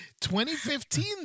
2015